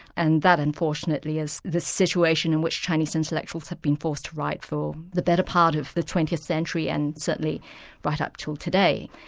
and that unfortunately is the situation in which chinese intellectuals have been forced to write for the better part of the twentieth century and certainly right up till today.